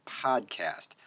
podcast